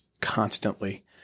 constantly